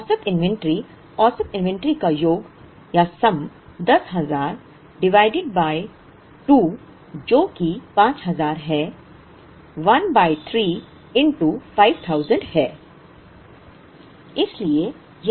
औसत इन्वेंट्री औसत इन्वेंट्री का योग सम 10000 डिवाइडेड बाय 2 जो कि 5000 है 1 बाय 3 5000 है